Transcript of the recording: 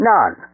None